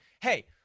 Hey